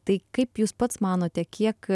tai kaip jūs pats manote kiek